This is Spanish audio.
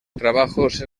trabajos